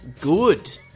good